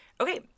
Okay